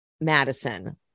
Madison